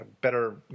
better